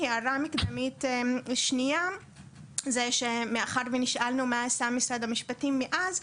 הערה מקדמית שנייה זה שמאחר ונשאלנו מה עשה משרד המשפטים מאז,